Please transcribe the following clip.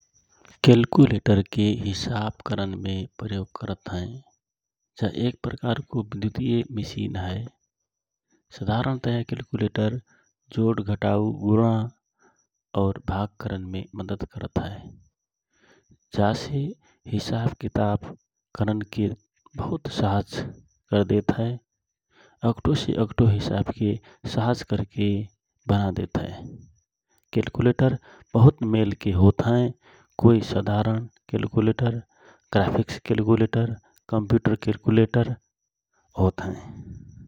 क्याल्कुलेटर के हिसाब करन मे प्रयोग करत हए । जा एक प्रकारको विद्युतिय मेसिन हए । सधारण तय क्याल्कुलेटर जोड, घटाउ, गुणा अउर भाग करनमे मद्दत करत हए । जासे हिसाब किताव करनके बहुत सहज करदेत हए । अगठो से अगठो हिसाब के सहज करके बनादेत हए । क्याल्कुलेटर बहुत मेलके होत हए कोइ साधारण calculator, graphics calculator, computer calculator होत हए ।